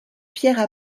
pierres